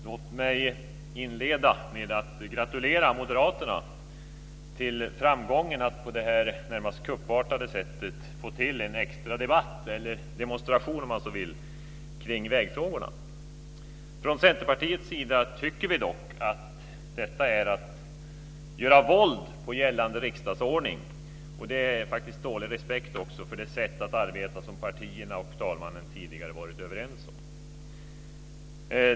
Fru talman! Låt mig inleda med att gratulera moderaterna till framgången att på detta närmast kuppartade sätt få till en extra debatt, eller demonstration om man så vill, kring vägfrågorna. Från Centerpartiets sida tycker vi dock att detta är att göra våld på gällande riksdagsordning och faktiskt också dålig respekt för det sätt att arbeta som partierna och talmannen tidigare varit överens om.